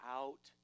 out